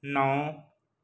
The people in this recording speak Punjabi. ਨੌਂ